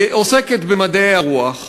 עוסקת במדעי הרוח,